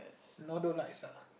Northern Lights ah